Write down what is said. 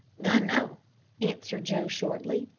dunno, answered joe shortly.